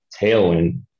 tailwind